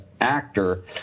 Actor